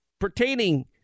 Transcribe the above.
pertaining